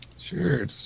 Sure